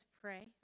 pray